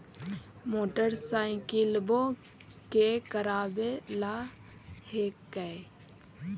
मोटरसाइकिलवो के करावे ल हेकै?